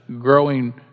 growing